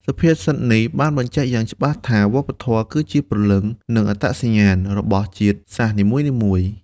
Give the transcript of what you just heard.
សុភាសិតនេះបានបញ្ជាក់យ៉ាងច្បាស់ថា វប្បធម៌គឺជាព្រលឹង និងអត្តសញ្ញាណ របស់ជាតិសាសន៍នីមួយៗ។